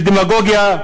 לדמגוגיה,